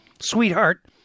Sweetheart